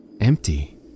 empty